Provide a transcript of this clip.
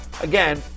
again